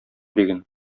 диген